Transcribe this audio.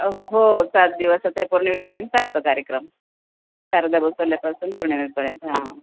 हो सात दिवसचा पूर्ण होवीपर्यंत चालतं कार्यक्रम शारदा अवतरल्यापासून पौर्णिमे पर्यंत हां